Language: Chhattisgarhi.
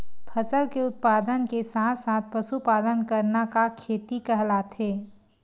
फसल के उत्पादन के साथ साथ पशुपालन करना का खेती कहलाथे?